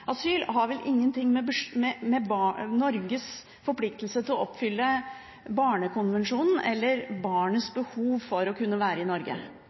asyl, har vel ingenting med Norges forpliktelse til å oppfylle Barnekonvensjonen eller med barnets behov for å kunne være i Norge